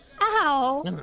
Ow